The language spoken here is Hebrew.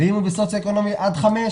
אם הוא בסוציו אקונומי עד 5,